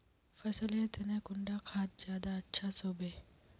फसल लेर तने कुंडा खाद ज्यादा अच्छा सोबे?